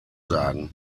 sagen